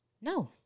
No